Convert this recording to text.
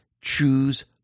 choose